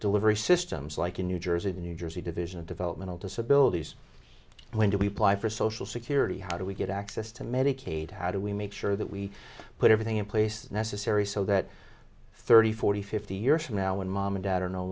delivery systems like in new jersey to new jersey division of developmental disabilities when do we ply for social security how do we get access to medicaid how do we make sure that we put everything in place necessary so that thirty forty fifty years from now when mom and dad are no